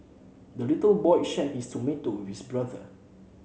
the little boy shared his tomato with brother